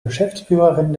geschäftsführerin